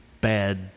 bad